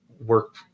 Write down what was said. work